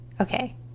Okay